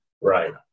right